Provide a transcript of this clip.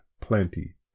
plenty